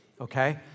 Okay